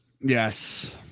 Yes